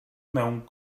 mewn